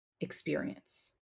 experience